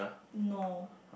no